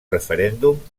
referèndum